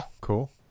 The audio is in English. Cool